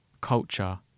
culture